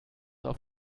auf